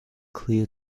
clear